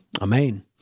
Amen